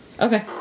Okay